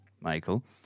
Michael